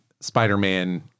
Spider-Man